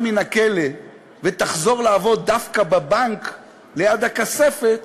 מן הכלא ותחזור לעבוד דווקא בבנק ליד הכספת,